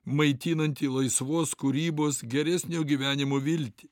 maitinantį laisvos kūrybos geresnio gyvenimo viltį